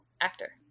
actor